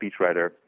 speechwriter